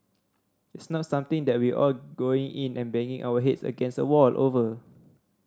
it's not something that we are going in and banging our heads against a wall over